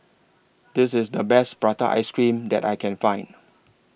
This IS The Best Prata Ice Cream that I Can Find